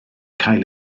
cael